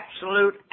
absolute